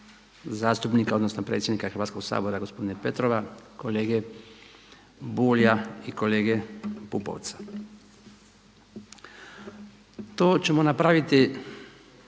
zastupnika odnosno predsjednika Hrvatskoga sabora gospodina Petrova, kolege Bulja i kolege Pupovca. To ćemo napraviti